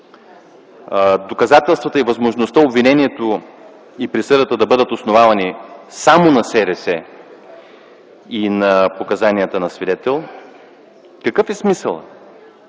доказателствата и възможността обвинението и присъдата да бъдат основавани само на СРС и на показанията на свидетел, какъв е смисълът?